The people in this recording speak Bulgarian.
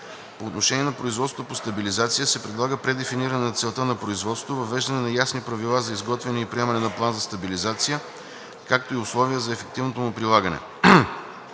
По отношение на производството по стабилизация се предлага предефиниране на целта на производството, въвеждане на ясни правила за изготвяне и приемане на план за стабилизация, както и условия за ефективното му прилагане.